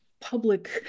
public